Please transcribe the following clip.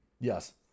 yes